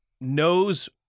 knows